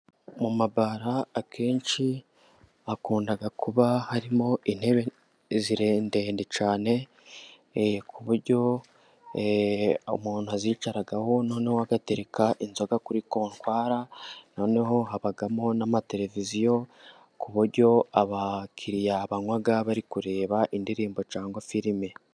Mu ma bara akenshi hakunda kuba harimo intebe ndende cyane, kuburyo umuntu azicaraho noneho agatereka inzoga kuri kotwari . Noneho habamo n'amateleviziyo ku buryo abakiriya banywa bari kureba indirimbo cyangwa filime.